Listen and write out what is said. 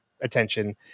Attention